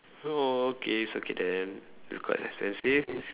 oh okay it's okay then it's quite expensive